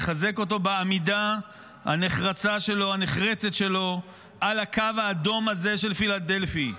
לחזק אותו בעמידה הנחרצת שלו על הקו האדום הזה של פילדלפי,